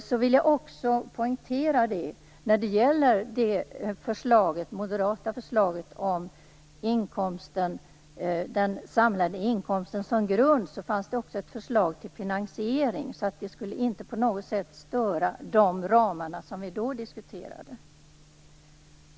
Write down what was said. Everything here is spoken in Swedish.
Jag vill också poängtera att i det moderata förslaget om den samlade inkomsten som grund fanns också ett förslag till finansiering. Det skulle alltså inte på något sätt störa de ramar vi då diskuterade.